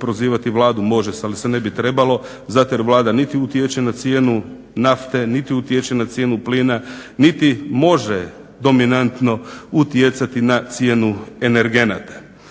prozivati Vladu, može se, ali se ne bi trebalo zato jer Vlada niti utječe na cijenu nafte niti utječe na cijenu plina niti može dominantno utjecati na cijenu energenata.